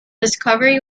discovery